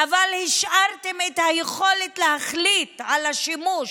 אבל השארתם את היכולת להחליט על השימוש